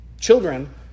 Children